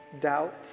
doubt